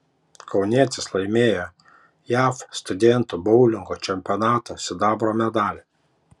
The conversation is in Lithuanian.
kaunietis laimėjo jav studentų boulingo čempionato sidabro medalį